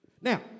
Now